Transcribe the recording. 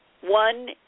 One